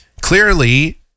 Clearly